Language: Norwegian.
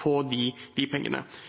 på de pengene.